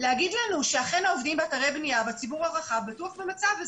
להגיד לנו שאכן העובדים באתרי הבנייה בציבור הרחב בטוח במצב הזה.